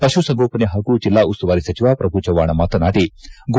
ಪಶು ಸಂಗೋಪನೆ ಹಾಗೂ ಜಿಲ್ನಾ ಉಸ್ತುವಾರಿ ಸಚಿವ ಪ್ರಭು ಚವ್ನಾಣ ಮಾತನಾಡಿ ಗೊ